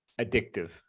addictive